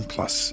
Plus